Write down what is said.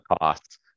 costs